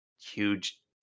huge